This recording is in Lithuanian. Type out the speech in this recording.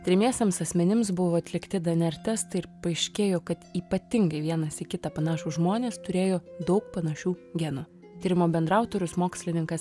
tiriamiesiems asmenims buvo atlikti dnr testai ir paaiškėjo kad ypatingai vienas į kitą panašūs žmonės turėjo daug panašių genų tyrimo bendraautorius mokslininkas